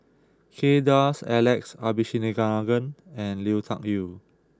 Kay Das Alex Abisheganaden and Lui Tuck Yew